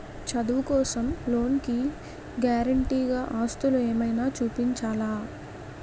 చదువు కోసం లోన్ కి గారంటే గా ఆస్తులు ఏమైనా చూపించాలా?